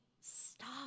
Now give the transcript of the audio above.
stop